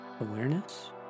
awareness